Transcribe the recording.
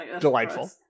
Delightful